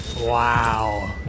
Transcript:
Wow